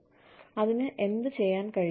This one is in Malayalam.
കൂടാതെ അതിന് എന്ത് ചെയ്യാൻ കഴിയും